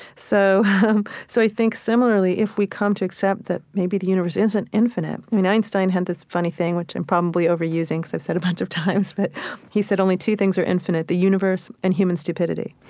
so um so i think, similarly, if we come to accept that maybe the universe isn't infinite i mean, einstein had this funny thing which i'm probably overusing, because so i've said it a bunch of times but he said only two things are infinite, the universe and human stupidity.